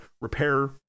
repair